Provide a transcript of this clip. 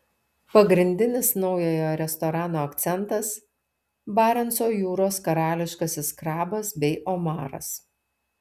pagrindinis naujojo restorano akcentas barenco jūros karališkasis krabas bei omaras